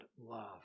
love